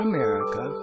America